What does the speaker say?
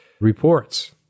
reports